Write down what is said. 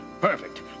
Perfect